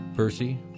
Percy